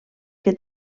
que